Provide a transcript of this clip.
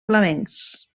flamencs